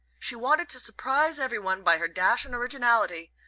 she wanted to surprise every one by her dash and originality,